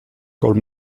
col